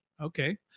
Okay